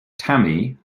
tammy